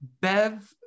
bev